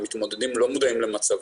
המתמודדים לא מודעים למצב,